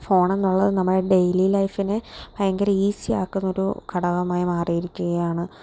ഫോണെന്നുള്ളത് നമ്മുടെ ഡെയ്ലി ലൈഫിനെ ഭയങ്കര ഈസിയാക്കുന്നൊരു ഘടകമായി മാറിയിരിക്കുകയാണ്